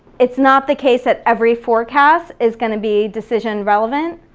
it's not the case that every forecast is gonna be decision relevant.